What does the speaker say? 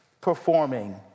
performing